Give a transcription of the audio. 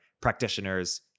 practitioners